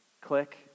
Click